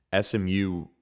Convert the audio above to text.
SMU